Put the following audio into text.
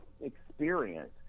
experience